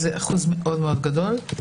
זה אחוז מאוד גדול.